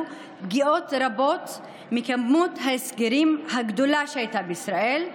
פגיעות רבות מכמות הסגרים הגדולה שהייתה בישראל,